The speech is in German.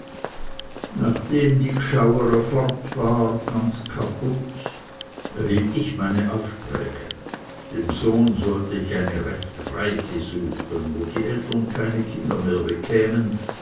nachdem die g'schauere fort war ganz kaputt erhielt ich meine aufträge dem sohn sollte ich eine recht reiche suchen wo die eltern keine kinder mehr bekämen